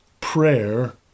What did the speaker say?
prayer